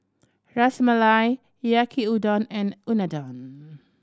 Ras Malai Yaki Udon and Unadon